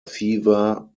fever